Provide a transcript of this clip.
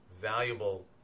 valuable